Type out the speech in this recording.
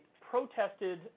protested